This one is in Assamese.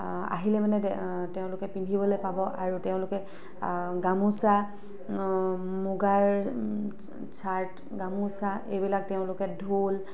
আহিলে মানে দেই তেওঁলোকে পিন্ধিবলৈ পাব আৰু তেওঁলোকে গামোচা মুগাৰ চাৰ্ট গামোচা এইবিলাক তেওঁলোকে ঢোল